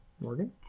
Morgan